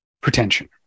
pretension